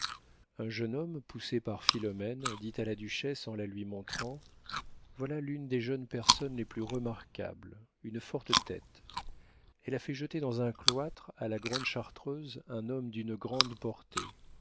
un jeune homme poussé par philomène dit à la duchesse en la lui montrant voilà l'une des jeunes personnes les plus remarquables une forte tête elle a fait jeter dans un cloître à la grande chartreuse un homme d'une grande portée